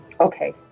Okay